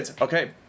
Okay